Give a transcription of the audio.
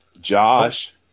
Josh